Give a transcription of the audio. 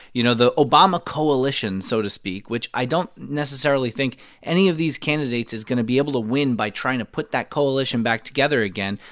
you know, the obama coalition, so to speak, which i don't necessarily think any of these candidates is going to be able to win by trying to put that coalition back together again.